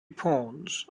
pons